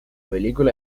película